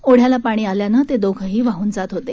ओढ्याला पाणी आल्यानं ते दोघंही वाहन जात होते